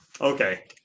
okay